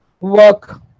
work